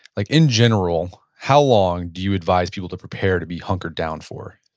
like in general, how long do you advise people to prepare to be hunkered down for?